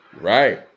Right